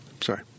Sorry